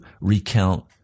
recount